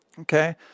Okay